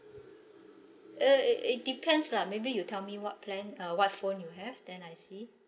uh it it depends lah maybe you tell me what plan uh what phone you have then I see